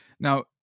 now